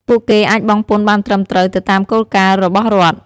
ពួកគេអាចបង់ពន្ធបានត្រឹមត្រូវទៅតាមគោលការណ៍របស់រដ្ឋ។